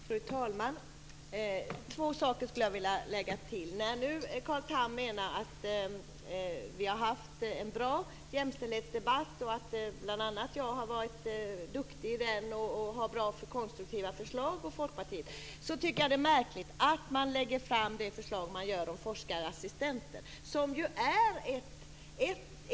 Fru talman! Jag skulle vilja lägga till två saker. Carl Tham menar att vi har haft en bra jämställdhetsdebatt och att bl.a. jag och Folkpartiet har varit duktiga och lagt fram konstruktiva förslag. Då tycker jag att det är märkligt att regeringen lägger fram det förslag man gör om forskarassistenter.